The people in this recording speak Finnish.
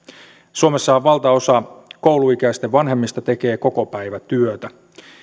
suomessahan valtaosa kouluikäisten vanhemmista tekee kokopäivätyötä